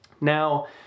Now